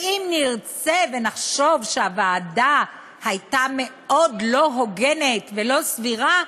אם נרצה ונחשוב שהוועדה הייתה מאוד לא הוגנת ולא סבירה,